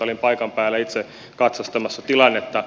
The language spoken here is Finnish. olin paikan päällä itse katsastamassa tilannetta